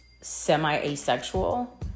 semi-asexual